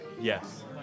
Yes